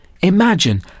Imagine